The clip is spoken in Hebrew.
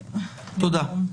תודה.